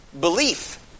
Belief